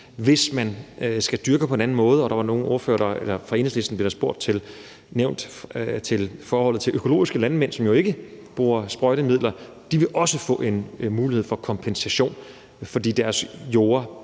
hvis man skal dyrke på en anden måde, og der blev fra Enhedslistens side også nævnt de økologiske landmænd, som jo ikke bruger sprøjtemidler. De vil også få en mulighed for at få en kompensation, fordi deres jorder